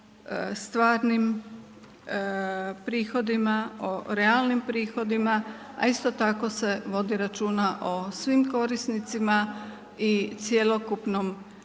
o stvarnim prihodima, o realnim prihodima, a isto tako se vodi računa o svim korisnicima i cjelokupnom